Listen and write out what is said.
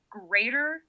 greater